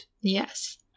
Yes